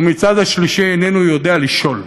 ומצד שלישי איננו יודע לשאול.